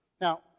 Now